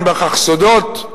אין בכך סודות,